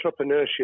entrepreneurship